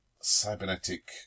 cybernetic